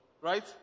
right